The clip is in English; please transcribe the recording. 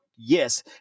Yes